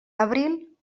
abril